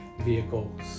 vehicles